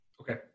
Okay